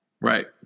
Right